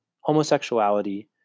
homosexuality